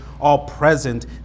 all-present